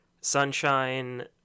Sunshine